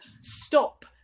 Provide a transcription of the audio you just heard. stop